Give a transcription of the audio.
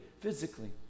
physically